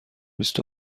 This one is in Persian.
بیست